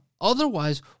Otherwise